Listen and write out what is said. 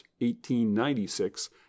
1896